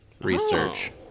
research